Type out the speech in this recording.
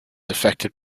affected